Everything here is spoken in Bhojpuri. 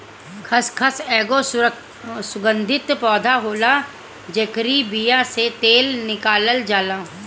खसखस एगो सुगंधित पौधा होला जेकरी बिया से तेल निकालल जाला